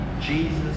Jesus